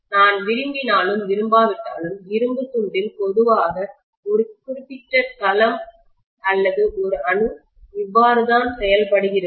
நான் விரும்பினாலும் விரும்பாவிட்டாலும் இரும்புத் துண்டில் பொதுவாக ஒரு குறிப்பிட்ட களம் அல்லது ஒரு அணு இவ்வாறு தான் செயல்படுகிறது